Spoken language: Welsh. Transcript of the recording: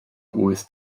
wyth